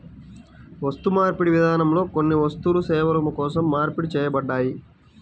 వస్తుమార్పిడి విధానంలో కొన్ని వస్తువులు సేవల కోసం మార్పిడి చేయబడ్డాయి